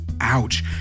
Ouch